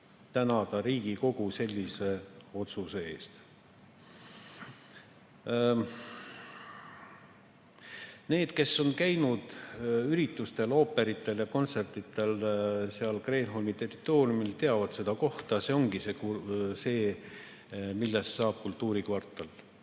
tänada Riigikogu sellise otsuse eest. Need, kes on käinud üritustel, ooperietendustel ja kontsertidel seal Kreenholmi territooriumil, teavad seda kohta. See ongi see, millest saab kultuurikvartal.